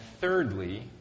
thirdly